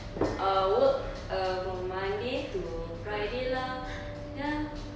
err work err from monday to friday lah ya